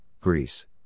Greece